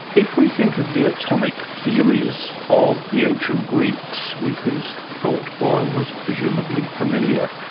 if we think of the atomic theories of the ancient greeks, with whose thought boyle was presumably familiar,